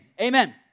Amen